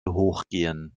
hochgehen